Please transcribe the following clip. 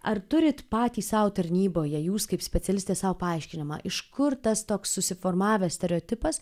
ar turit patys sau tarnyboje jūs kaip specialistė sau paaiškinimą iš kur tas toks susiformavęs stereotipas